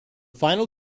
final